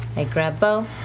i grab beau.